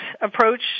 approach